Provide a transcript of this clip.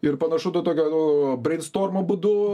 ir panašu to tokio nu breinstormo būdu